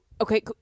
okay